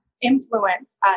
influence